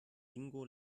ingo